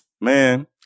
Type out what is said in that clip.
Man